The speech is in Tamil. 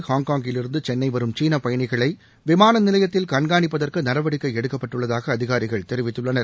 ஹாங்காங்கிலிருந்து சென்னை வரும் சீன பயணிகளை விமான நிலையத்தில் கண்காணிப்பதற்கு நடவடிக்கை எடுக்கப்பட்டுள்ளதாக அதிகாரிகள் தெரிவித்துள்ளனர்